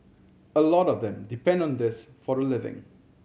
a lot of them depend on this for a living